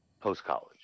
Post-college